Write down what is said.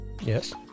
Yes